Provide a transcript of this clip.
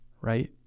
right